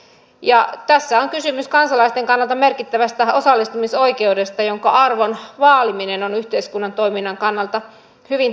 ja tässä on kysymys kansalaisten kannalta merkittävästä osallistumisoikeudesta jonka arvon vaaliminen on yhteiskunnan toiminnan kannalta hyvin tärkeää